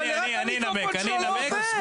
אבל המיקרופון שלו לא עובד.